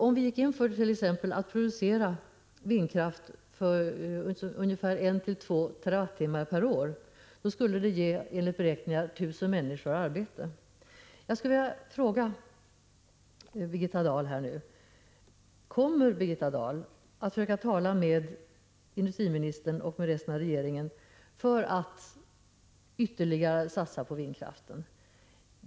Om vi gick in för att producera vindkraft för ungefär 1-2 TWh per år skulle det enligt beräkningar ge ungefär 1 000 människor arbete. Jag skulle vilja fråga: Kommer Birgitta Dahl att försöka tala med industriministern och med resten av regeringen för att ytterligare satsa på vindkraften?